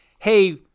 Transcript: hey